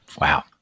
Wow